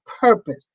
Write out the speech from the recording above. purpose